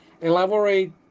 elaborate